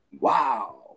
Wow